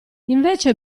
invece